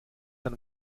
dann